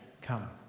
come